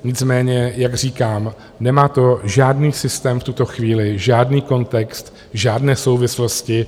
Nicméně jak říkám, nemá to žádný systém v tuto chvíli, žádný kontext, žádné souvislosti.